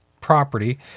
property